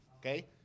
okay